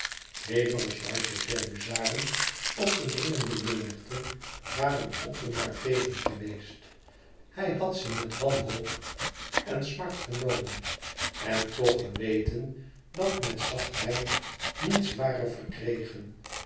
hevige charges der huzaren op de dringende menigte waren othomar tegen geweest hij had ze met wanhoop en smart vernomen en toch geweten dat met zachtheid niets ware verkregen